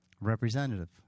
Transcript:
Representative